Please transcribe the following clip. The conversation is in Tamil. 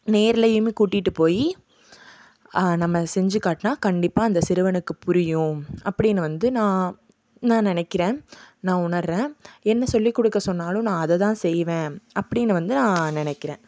நேர்லேயுமே கூட்டிகிட்டு போய் நம்ம செஞ்சு காட்டினா கண்டிப்பாக அந்த சிறுவனுக்கு புரியும் அப்படின்னு வந்து நான் நான் நினைக்கிறேன் நான் உணர்கிறேன் என்ன சொல்லிக் கொடுக்க சொன்னாலும் நான் அதை தான் செய்வேன் அப்படின்னு வந்து நான் நினைக்கிறேன்